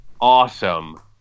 awesome